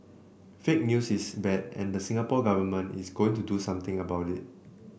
fake news is bad and the Singapore Government is going to do something about it